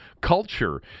culture